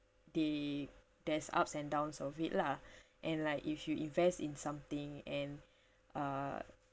the there's ups and downs of it lah and like if you invest in something and uh